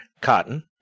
Cotton